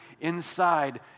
inside